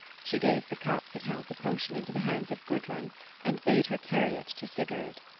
she gave the cup that held the potion into the hands of gudrun and bade her carry it to sigurd.